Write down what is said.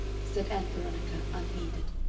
said ann veronica, unheeded.